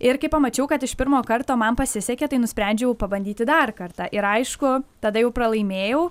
ir kai pamačiau kad iš pirmo karto man pasisekė tai nusprendžiau pabandyti dar kartą ir aišku tada jau pralaimėjau